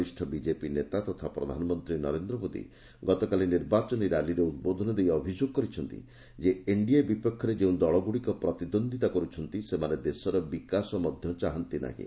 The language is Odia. ବରିଷ୍ଣ ବିଜେପି ନେତା ତଥା ପ୍ରଧାନମନ୍ତ୍ରୀ ନରେନ୍ଦ୍ର ମୋଦି ଗତକାଲି ଅନୁଷ୍ଠିତ ନିର୍ବାଚନୀ ରାଲିରେ ଉଦ୍ବୋଧନ ଦେଇ ଅଭିଯୋଗ କରିଛନ୍ତି ଯେ ଏନ୍ଡିଏ ବିପକ୍ଷରେ ଯେଉଁଦଳଗୁଡିକ ପ୍ରତିଦ୍ୱନ୍ଦୀତା କରୁଛନ୍ତି ସେମାନେ ଦେଶର ବିକାଶ ମଧ୍ୟ ଚାହାନ୍ତି ନାହିଁ